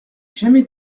jamais